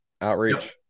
outreach